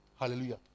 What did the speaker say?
Hallelujah